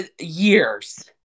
Years